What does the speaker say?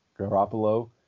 Garoppolo